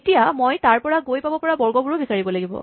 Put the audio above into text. এতিয়া মই তাৰ পৰা গৈ পাব পৰা বৰ্গবোৰো বিচাৰিব লাগিব